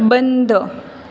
बंद